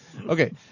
Okay